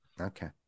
okay